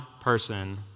person